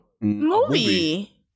Movie